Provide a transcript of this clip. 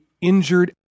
injured